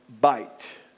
bite